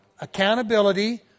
accountability